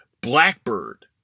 Blackbird